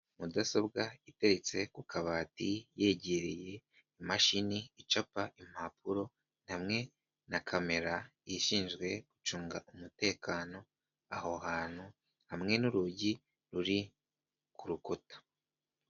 Mudasobwa itetse ku kabati yegereye imashini icapa impapuro hamwe na kamera ishinzwe gucunga umutekano aho hantu hamwe n'urugi ruri ku rukuta.